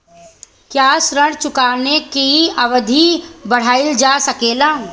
क्या ऋण चुकाने की अवधि बढ़ाईल जा सकेला?